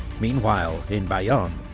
meanwhile in bayonne,